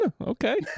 Okay